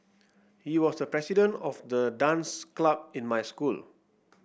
he was the president of the dance club in my school